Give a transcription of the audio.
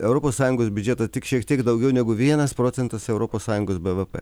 europos sąjungos biudžetą tik šiek tiek daugiau negu vienas procentas europos sąjungos bvp